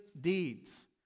deeds